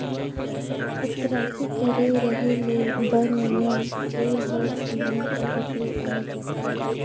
अकरासी करे रहें ले बन में जेर हर भुइयां के उपरे आय जाथे